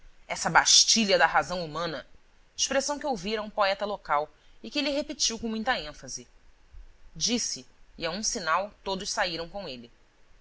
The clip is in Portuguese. essa bastilha da razão humana expressão que ouvira a um poeta local e que ele repetiu com muita ênfase disse e a um sinal todos saíram com ele